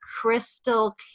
crystal